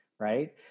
right